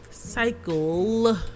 cycle